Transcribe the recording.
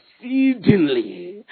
Exceedingly